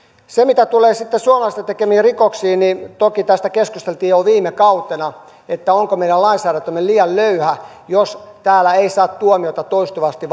mitä tulee sitten suomalaisten tekemiin rikoksiin niin toki tästä keskusteltiin jo viime kautena että onko meidän lainsäädäntömme liian löyhä jos täällä eivät saa tuomiota toistuvasti